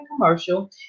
commercial